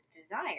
desire